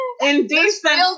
Indecent